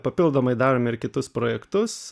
papildomai darome ir kitus projektus